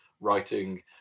writing